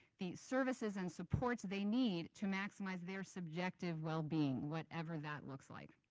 the services and supports they need to maximize their subjective well-being, whatever that looks like.